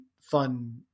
fun